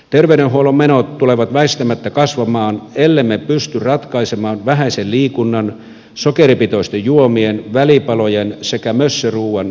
terveydenhuollon menot tulevat väistämättä kasvamaan ellemme pysty ratkaisemaan vähäisen liikunnan sokeripitoisten juomien välipalojen sekä mössöruuan patologista yhteyttä